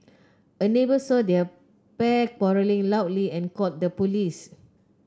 a neighbour saw the pair quarrelling loudly and called the police